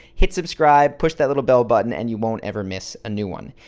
hit subscribe, push that little bell button and you won't ever miss a new one.